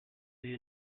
you